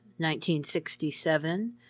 1967